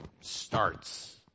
starts